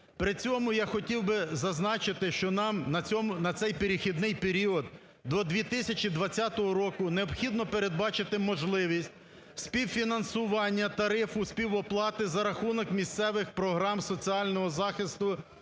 При цьому я хотів би зазначити, що нам на цей перехідний період, до 2020 року, необхідно передбачити можливість співфінансування тарифу, співоплати за рахунок місцевих програм соціального захисту